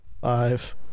five